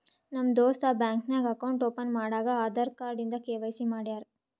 ನಮ್ ದೋಸ್ತ ಬ್ಯಾಂಕ್ ನಾಗ್ ಅಕೌಂಟ್ ಓಪನ್ ಮಾಡಾಗ್ ಆಧಾರ್ ಕಾರ್ಡ್ ಇಂದ ಕೆ.ವೈ.ಸಿ ಮಾಡ್ಯಾರ್